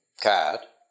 Cat